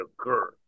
occur